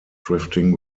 drifting